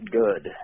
good